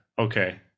okay